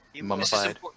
Mummified